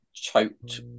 choked